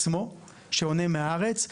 שעונה מהארץ,